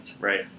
Right